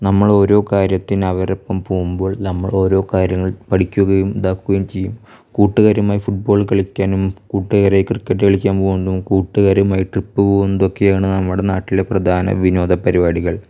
നമ്മളോരോ കാര്യത്തിന് അവരുടെ ഒപ്പം പോകുമ്പോൾ നമ്മൾ ഓരോ കാര്യങ്ങൾ പഠിക്കുകയും ഇതാക്കുകയും ചെയ്യും കൂട്ടുകാരുമായി ഫുട്ബോൾ കളിക്കാനും കൂട്ടുകാരായി ക്രിക്കറ്റ് കളിക്കാൻ പോകുന്നതും കൂട്ടുകാരുമായിട്ട് ട്രിപ്പ് പോകുന്നതൊക്കെയാണ് നമ്മുടെ നാട്ടിലെ പ്രധാന വിനോദ പരിപാടികൾ